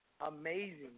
amazing